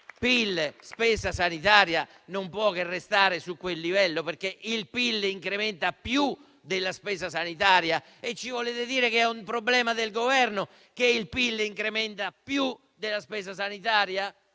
PIL e spesa sanitaria non può che restare su quel livello, perché il PIL incrementa più della spesa sanitaria? Ci volete dire che è un problema del Governo che il PIL incrementa più della spesa sanitaria?